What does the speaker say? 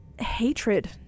hatred